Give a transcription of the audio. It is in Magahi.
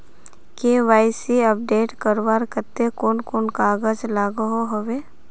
के.वाई.सी अपडेट करवार केते कुन कुन कागज लागोहो होबे?